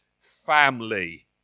family